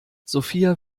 sophia